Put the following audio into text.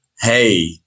hey